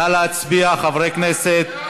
נא להצביע, חברי הכנסת.